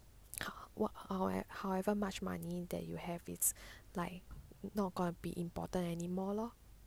what however much money that you have it's like not gonna be important anymore lor